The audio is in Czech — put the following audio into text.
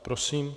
Prosím.